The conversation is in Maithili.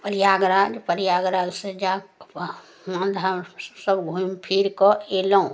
प्रयागराज प्रयागराज से जा सभ घूम फिर कऽ अयलहुॅं